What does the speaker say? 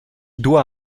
doit